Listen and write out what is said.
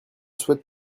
souhaite